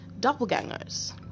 doppelgangers